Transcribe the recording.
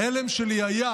ההלם שלי היה